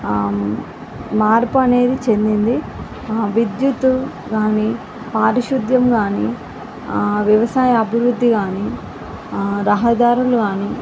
ఆ మార్పు అనేది చెందింది విద్యుత్తు కానీ పారిశుధ్యం కానీ వ్యవసాయాభివృద్ధి కానీ రహదారులు కానీ